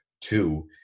two